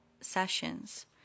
sessions